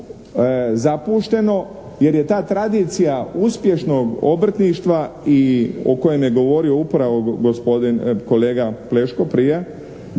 zapušteno, jer je ta tradicija uspješnog obrtništva i o kojem je govorio upravo gospodin kolega Pleško prije,